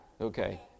Okay